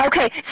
Okay